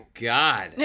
god